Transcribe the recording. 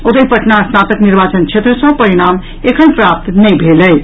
ओतहि पटना स्नातक निर्वाचन क्षेत्र सँ परिणाम एखन प्राप्त नहि भेल अछि